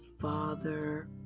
Father